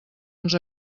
ens